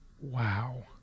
wow